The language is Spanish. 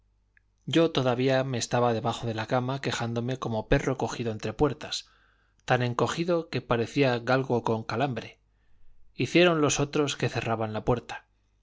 yo todavía me estaba debajo de la cama quejándome como perro cogido entre puertas tan encogido que parecía galgo con calambre hicieron los otros que cerraban la puerta